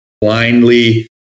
blindly